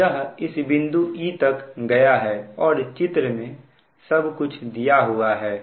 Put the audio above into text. यह इस बिंदु e तक गया है और चित्र में सब कुछ दिया हुआ है